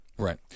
Right